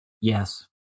Yes